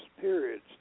periods